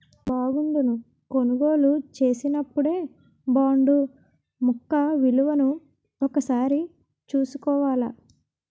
బాండును కొనుగోలు చేసినపుడే బాండు ముఖ విలువను ఒకసారి చూసుకోవాల